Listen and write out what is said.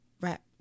wrap